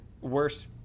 worse